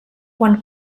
quan